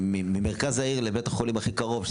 ממרכז העיר לבית החולים הכי קרוב,